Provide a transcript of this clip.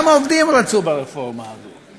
גם העובדים רצו ברפורמה הזו.